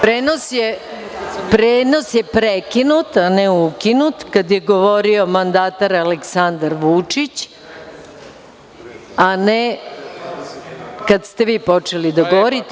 Prenos je prekinut, a ne ukinut, kada je govorio mandatar Aleksandar Vučić, a ne kada ste vi počeli da govorite.